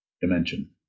dimension